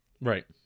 Right